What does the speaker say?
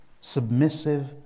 submissive